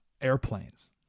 airplanes